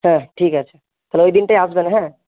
হ্যাঁ ঠিক আছে তাহলে ওই দিনটাই আসবেন হ্যাঁ